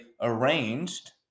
arranged